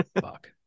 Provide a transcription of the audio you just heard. fuck